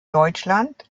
deutschland